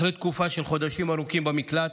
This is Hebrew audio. אחרי תקופה של חודשים ארוכים במקלט,